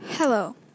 Hello